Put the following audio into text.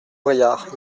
vrillard